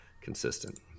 consistent